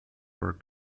were